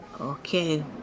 Okay